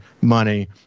money